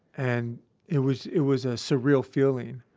and it was, it was a surreal feeling.